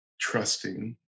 trusting